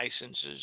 licenses